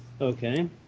Okay